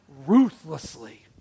ruthlessly